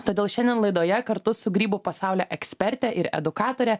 todėl šiandien laidoje kartu su grybų pasaulio eksperte ir edukatore